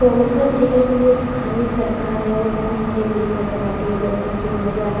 सोनभद्र ज़िले में जो स्थानीय सरकार है वो बहुत सारी नीतियाँ चलाती है जैसे कि हो गया